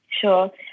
Sure